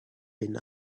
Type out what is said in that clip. been